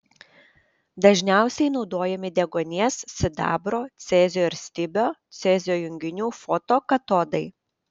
dažniausiai naudojami deguonies sidabro cezio ir stibio cezio junginių fotokatodai